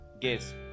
Guess